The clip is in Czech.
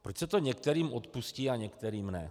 Proč se to některým odpustí a některým ne?